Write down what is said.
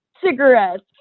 cigarettes